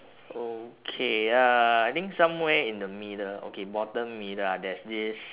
okay ya I think somewhere in the middle okay bottom middle ah there's this